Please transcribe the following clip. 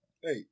hey